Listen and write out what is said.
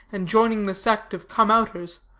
and joining the sect of come-outers,